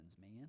man